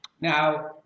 Now